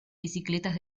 bicicletas